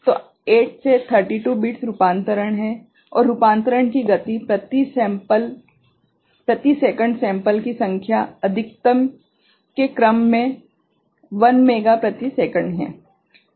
तो 8 से 32 बिट्स रूपांतरण है और रूपांतरण की गति प्रति सेकंड सेंपल की संख्या अधिकतम के क्रम में 1 मेगा प्रति सेकंड है